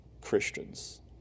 Christians